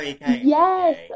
Yes